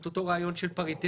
את אותו רעיון של פריטטיות.